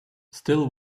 still